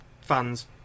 fans